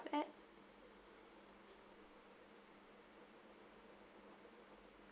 at